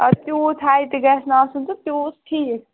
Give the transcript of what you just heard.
آ تیوٗت ہایہِ تہِ گژھِ نہٕ آسُن تہٕ تیوٗت ٹھیٖک